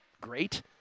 great